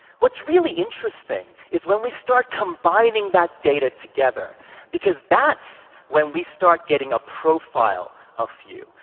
what's really interesting is when we start combining that data together because that's when we start getting a profile of you.